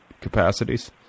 capacities